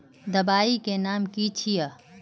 दबाई के नाम की छिए?